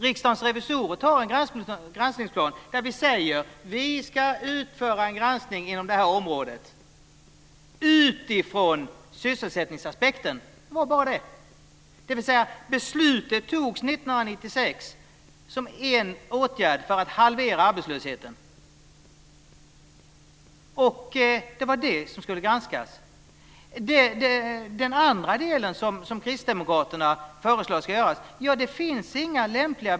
Riksdagens revisorer antog en granskningsplan, där vi sade att vi skulle utföra en granskning inom detta område utifrån sysselsättningsaspekten. Det var bara det. Beslutet fattades 1996, som en åtgärd för att halvera arbetslösheten. Det var det som skulle granskas. Den andra del av granskningen som kristdemokraterna föreslår finns det i dag inga metoder för.